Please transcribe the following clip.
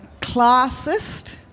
classist